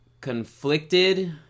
conflicted